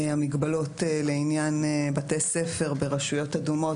המגבלות לעניין בתי ספר ברשויות אדומות